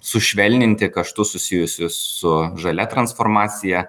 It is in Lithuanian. sušvelninti kaštus susijusius su žalia transformacija